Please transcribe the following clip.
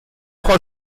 frau